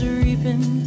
reaping